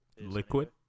Liquid